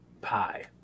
pie